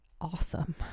awesome